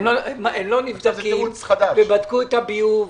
הם לא נבדים ובדקו את הביוב.